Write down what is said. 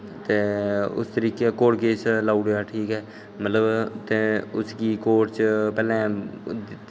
ते उस तरीके दा कोर्ट केस लाई ओड़ेआ ठीक ऐ मतलब कि उसगी कोर्ट च पैह्ले